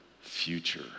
future